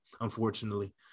unfortunately